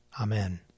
Amen